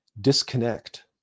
disconnect